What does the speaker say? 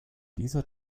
dieser